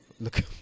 Look